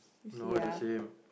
no is the same